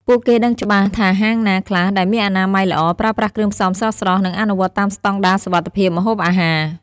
ពួកគេដឹងច្បាស់ថាហាងណាខ្លះដែលមានអនាម័យល្អ ប្រើប្រាស់គ្រឿងផ្សំស្រស់ៗ និងអនុវត្តតាមស្តង់ដារសុវត្ថិភាពម្ហូបអាហារ